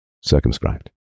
circumscribed